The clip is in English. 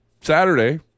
Saturday